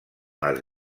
les